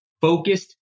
focused